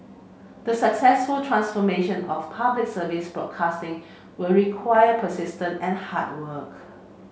the successful transformation of Public Service broadcasting will require persistence and hard work